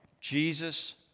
Jesus